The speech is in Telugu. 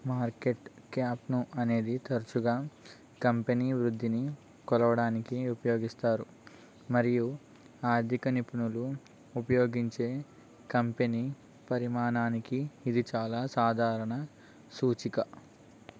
మార్కెట్ క్యాప్ను అనేది తరచుగా కంపెనీ వృద్ధిని కొలవడానికి ఉపయోగిస్తారు మరియు ఆర్థిక నిపుణులు ఉపయోగించే కంపెనీ పరిమాణానికి ఇది చాలా సాధారణ సూచిక